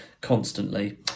constantly